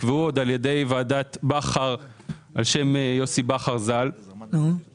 נקבעו עוד על ידי ועדת בכר על שם יוסי בכר ז"ל ומה